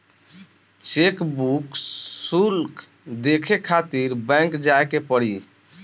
chequebook शुल्क देखे खातिर बैंक जाए के पड़ी